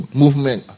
movement